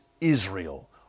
Israel